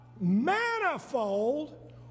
manifold